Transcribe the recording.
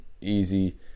easy